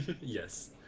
Yes